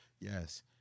yes